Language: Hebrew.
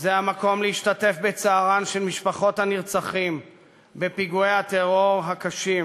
זה המקום להשתתף בצערן של משפחות הנרצחים בפיגועי הטרור הקשים,